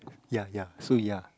ya ya so ya